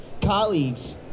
colleagues